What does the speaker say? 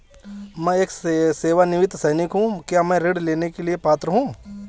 मैं एक सेवानिवृत्त सैनिक हूँ क्या मैं ऋण लेने के लिए पात्र हूँ?